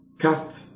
Cast